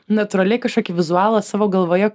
natūraliai kažkokį vizualą savo galvoje